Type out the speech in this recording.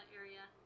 area